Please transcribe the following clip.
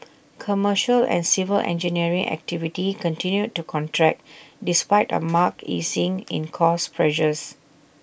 commercial and civil engineering activity continued to contract despite A marked easing in cost pressures